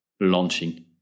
launching